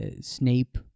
Snape